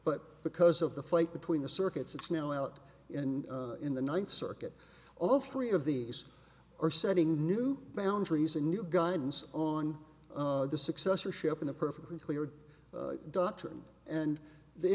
but because of the fight between the circuits it's now out in in the ninth circuit all three of these are setting new boundaries and new guidance on the successorship in the perfectly clear doctrine and the